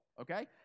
okay